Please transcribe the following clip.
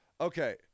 Okay